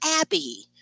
Abby